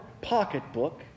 pocketbook